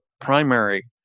primary